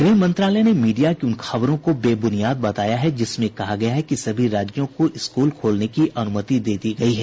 गृह मंत्रालय ने मीडिया की उन खबरों को बेबुनियाद बताया है जिसमें कहा गया है कि सभी राज्यों को स्कूल खोलने की अनुमति दे दी गयी है